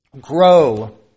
Grow